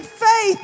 faith